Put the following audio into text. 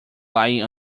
lying